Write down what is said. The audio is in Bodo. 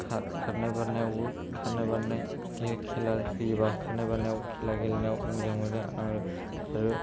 खारनाय बारनायावबो बे खेला होयोबा खारनाय बारनाय खेला गेलेनो मोजां मोनो आङो आरो